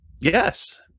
Yes